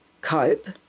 cope